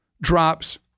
drops